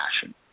passion